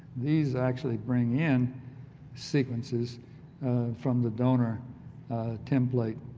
these actually bring in sequences from the donor template